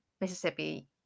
mississippi